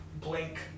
Blink